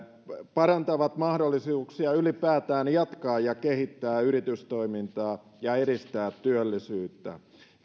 parantaisivat mahdollisuuksia ylipäätään jatkaa ja kehittää yritystoimintaa ja edistää työllisyyttä